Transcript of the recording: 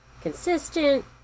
consistent